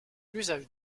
l’usage